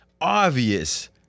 obvious